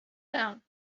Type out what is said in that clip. down